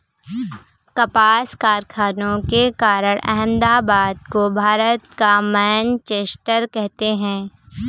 कपास कारखानों के कारण अहमदाबाद को भारत का मैनचेस्टर कहते हैं